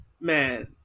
man